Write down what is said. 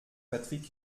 patrick